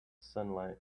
sunlight